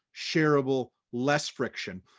shareable, less friction.